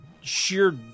sheer